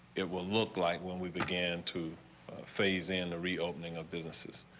it will look like when we begin to phase in the reopening of businesses.